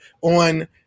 on